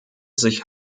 sich